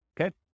Okay